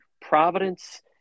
Providence